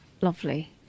lovely